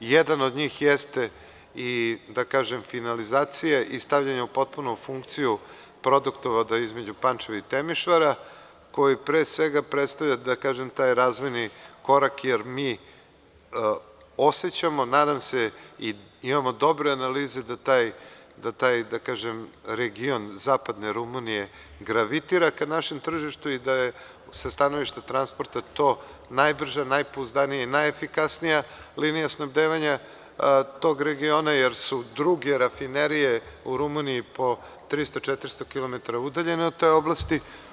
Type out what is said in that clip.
Jedan od njih jeste i finalizacija i stavljanje u potpunu funkciju produktovaizmeđu Pančeva i Temišvara, koji, pre svega, predstavlja taj razvojni korak, jer mi osećamo, nadam se, i imamo dobre analize da taj region zapadne Rumunije gravitira ka našem tržištu i da je sa stanovišta transporta to najbrža, najpouzdanija, najefikasnija linija snabdevanja tog regiona, jer su druge rafinerije u Rumuniji po 300-400 kilometara udaljene od te oblasti.